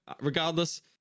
regardless